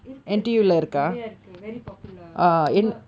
இருக்கு இருக்கு நிறைய நிறைய இருக்கு:irukku irukku niraiya irukku very popular